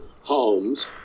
homes